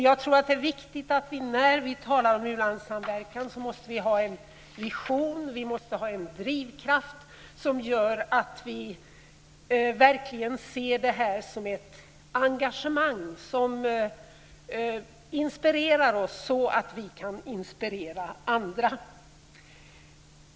Jag tror att det är viktigt att när vi talar om u-landssamverkan måste ha en vision, en drivkraft, som gör att vi verkligen ser det här som ett engagemang, som inspirerar oss så att vi kan inspirera andra.